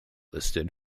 listed